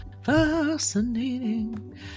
Fascinating